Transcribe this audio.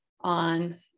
on